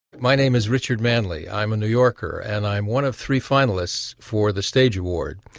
my name is richard manley, i'm a new yorker, and i'm one of three finalists for the stage award.